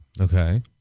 Okay